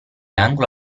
anglo